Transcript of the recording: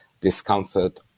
discomfort